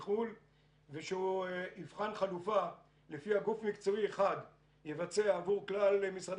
מחו"ל; ושהוא יבחן חלופה לפיה גוף מקצועי אחד יבצע עבור כלל משרדי